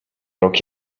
rok